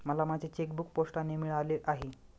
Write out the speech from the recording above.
मला माझे चेकबूक पोस्टाने मिळाले आहे